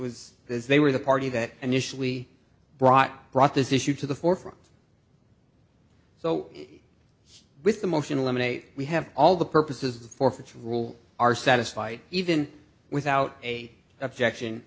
because they were the party that initially brought brought this issue to the forefront so with the motion eliminate we have all the purposes of forfeits rule are satisfied even without a objection